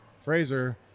Fraser